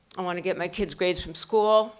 i wanna get my kids' grades from school,